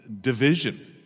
division